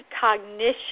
cognition